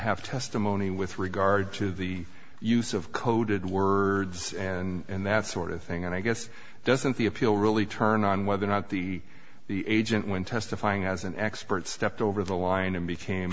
have testimony with regard to the use of coded words and that sort of thing and i guess doesn't the appeal really turn on whether or not the the agent when testifying as an expert stepped over the line and became